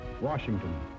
Washington